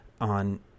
on